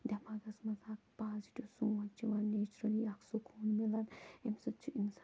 دٮ۪ماغَس منٛز اَکھ پازِٹیوٗ سونٛچھ یِوان نیچرٕلی اَکھ سکوٗن میلَن ییٚمہِ سۭتۍ چھُ اِنسانس